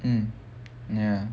mm ya